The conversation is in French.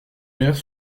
maires